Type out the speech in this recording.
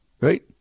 Right